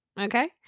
Okay